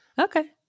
Okay